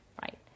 Right